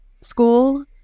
school